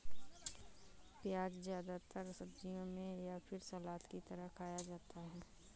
प्याज़ ज्यादातर सब्जियों में या फिर सलाद की तरह खाया जाता है